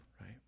right